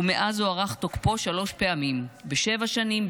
ומאז הוארך תוקפו שלוש פעמים: בשבע שנים,